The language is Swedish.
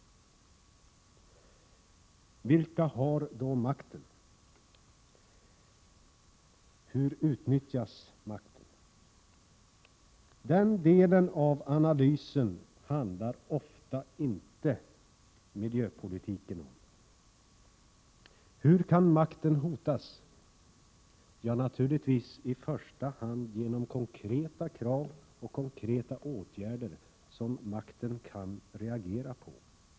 Vilka har då makten? Hur utnyttjas makten? Den delen av analysen handlar miljöpolitiken sällan om. Hur kan makten hotas? Ja, naturligtvis i första hand genom konkreta krav och konkreta åtgärder som makten kan reagera på.